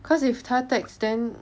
cause if 他 tax then